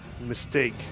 Mistake